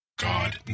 God